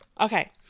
Okay